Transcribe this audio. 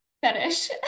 fetish